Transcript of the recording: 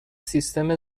سیستم